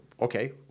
okay